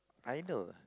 I know